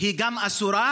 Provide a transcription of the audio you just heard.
היא גם אסורה?